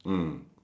mm